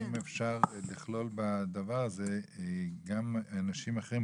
האם אפשר לכלול בדבר הזה גם אנשים אחרים?